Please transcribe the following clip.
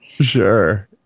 Sure